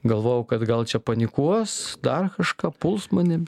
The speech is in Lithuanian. galvojau kad gal čia panikuos dar kažką puls mane